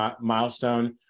milestone